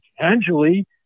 potentially